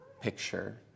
picture